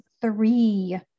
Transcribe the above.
three